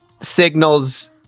signals